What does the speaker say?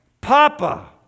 Papa